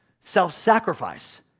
self-sacrifice